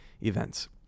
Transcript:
events